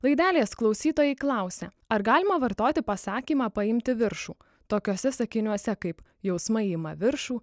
laidelės klausytojai klausia ar galima vartoti pasakymą paimti viršų tokiuose sakiniuose kaip jausmai ima viršų